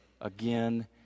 again